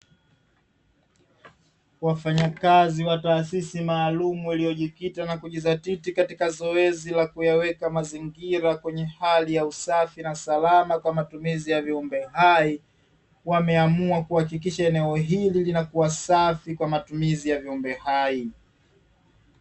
Wafanyakazi wa taasisi maalumu iliyojikita na kujizatiti katika zoezi la kuweka mazingira kwenye hali ya usafi na salama kwa matumizi ya viumbe hai wameamua kuhakikisha eneo hili linakuwa safi kwa matumizi ya viumbe hai.